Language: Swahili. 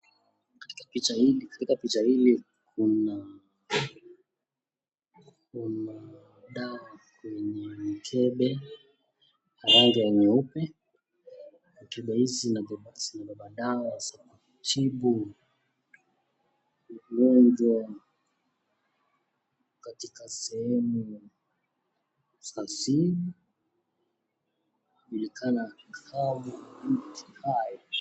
Katika Picha hili, katika Picha hili Kuna, Kuna... dawa kwenye mikibe ya rangi ya nyeupe .Ni madawa zinazo tibu magojwa katika sehemu za Siri . Inajulikana kama ...